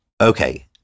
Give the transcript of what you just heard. okay